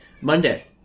Monday